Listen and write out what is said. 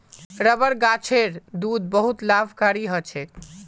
rubber गाछेर दूध बहुत लाभकारी ह छेक